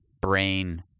brain